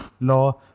law